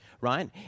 right